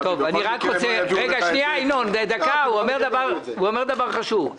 --- רק רגע, ינון, הוא אומר דבר חשוב.